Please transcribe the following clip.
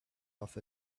off